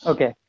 Okay